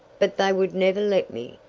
but they would never let me,